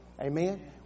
Amen